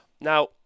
Now